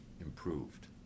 improved